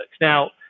Now